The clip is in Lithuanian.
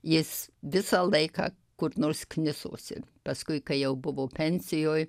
jis visą laiką kur nors knisosi paskui kai jau buvo pensijoj